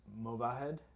Movahed